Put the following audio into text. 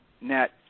net